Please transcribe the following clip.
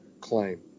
claim